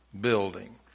building